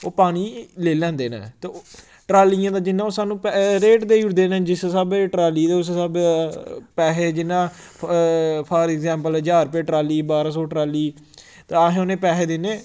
ओह् पानी लेई लैंदे न ते ओह् ट्रालियें दा जिन्ना ओह् सानूं प रेट देई ओड़दे न जिस स्हाबै दी ट्राली ते उस स्हाबै दा पैहे जिन्ना फार एक्साम्प्ल ज्हार रपे ट्राली बारां सौ ट्राली ते अह् उ'नें गी पैहे दिन्ने